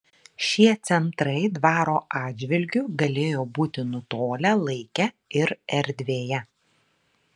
šie centrai dvaro atžvilgiu galėjo būti nutolę laike ir erdvėje